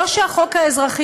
לא שהחוק האזרחי